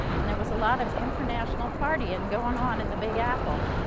and there was a lot of international partying and going on in the big apple.